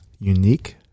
unique